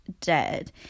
dead